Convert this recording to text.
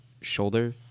Shoulder